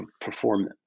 perform